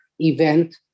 event